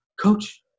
Coach